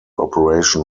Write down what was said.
operation